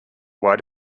why